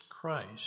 Christ